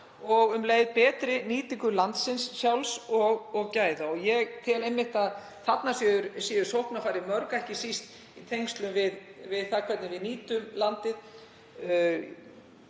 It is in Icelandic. og um leið betri nýtingu landsins sjálfs og gæða. Ég tel einmitt að þarna séu mörg sóknarfæri, ekki síst í tengslum við það hvernig við nýtum landið.